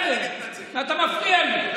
למה אתה מפריע לי?